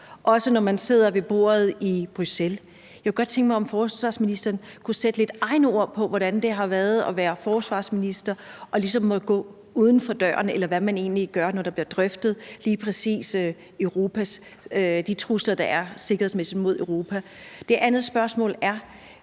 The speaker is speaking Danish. også når man sidder ved bordet i Bruxelles. Jeg kunne godt tænke mig, om forsvarsministeren kunne sætte lidt egne ord på, hvordan det har været at være forsvarsminister og ligesom måtte gå uden for døren, eller hvad man egentlig gør, når der bliver drøftet lige præcis de trusler, der er sikkerhedsmæssigt mod Europa. Det andet spørgsmål er,